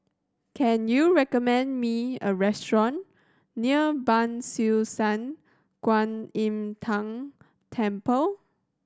can you recommend me a restaurant near Ban Siew San Kuan Im Tng Temple